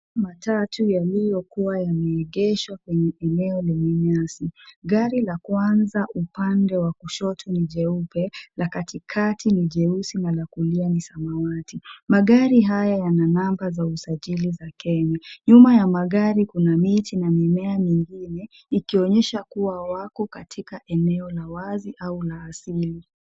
Matatu yaliyokuwa yameegeshwa kwenye eneo lenye nyasi. Gari la kwanza upande wa kushoto ni jeupe, la katikati ni jeusi na la kulia ni samawati. Magari haya yana namba za usajili za Kenya. Nyuma ya magari kuna miti na mimea mingine ikionyesha kuwa wako katika eneo la wazi au la asili.